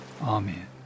amen